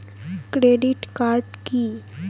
Credit card key?